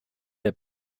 der